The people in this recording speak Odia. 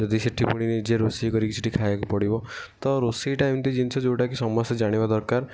ଯଦି ସେଇଠି ପୁଣି ନିଜେ ରୋଷେଇ କରିକି ସେଇଠି ଖାଇବାକୁ ପଡ଼ିବ ତ ରୋଷେଇଟା ଏମିତି ଜିନିଷ ଯେଉଁଟା ସମସ୍ତେ ଜାଣିବା ଦରକାର